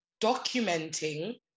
documenting